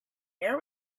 air